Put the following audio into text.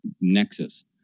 nexus